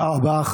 תודה רבה.